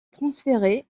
transféré